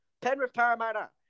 Penrith-Parramatta